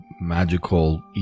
magical